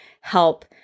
help